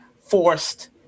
forced